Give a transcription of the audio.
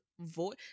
voice